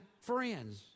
friends